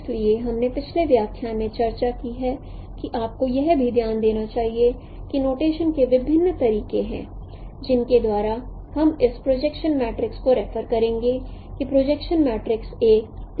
इसलिए हमने पिछले व्याख्यान में चर्चा की है कि आपको यह भी ध्यान देना चाहिए कि नोटेशन के विभिन्न तरीके हैं जिनके द्वारा हम इस प्रोजेक्शन मैट्रिक्स को रेफर करेंगे कि प्रोजेक्शन मैट्रिक्स एक मैट्रिक्स है